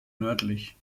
nördlich